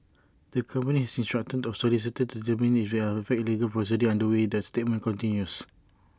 the company has instructed its solicitors to determine if there are fact legal proceedings underway the statement continues